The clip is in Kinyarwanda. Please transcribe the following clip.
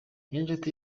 niyonshuti